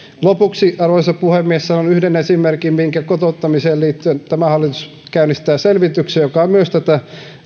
lopuksi arvoisa puhemies sanon yhden esimerkin kotouttamiseen liittyen tämä hallitus käynnistää selvityksen joka on myös tätä